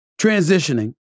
Transitioning